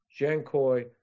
Jankoi